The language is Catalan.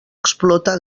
explota